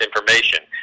information